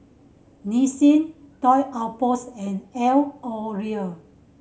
Nissin Toy Outpost and L'Oreal